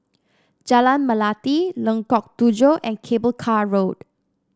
Jalan Melati Lengkok Tujoh and Cable Car Road